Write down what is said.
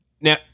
Now